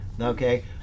okay